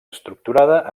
estructurada